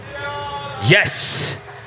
yes